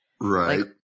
Right